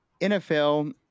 NFL